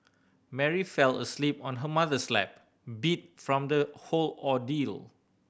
Mary fell asleep on her mother's lap beat from the whole ordeal